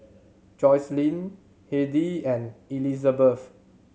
Joycelyn Hedy and Elisabeth